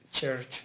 Church